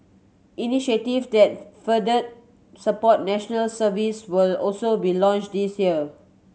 initiative that further support National Service will also be launched this year